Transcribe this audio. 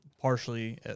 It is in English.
partially